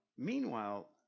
Meanwhile